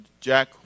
Jack